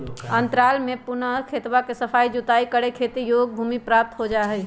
अंतराल में पुनः ऊ खेतवा के सफाई जुताई करके खेती योग्य भूमि प्राप्त हो जाहई